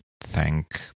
thank